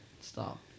Stop